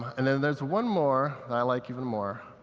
and then there's one more that i like even more.